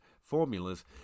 formulas